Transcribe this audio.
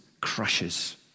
crushes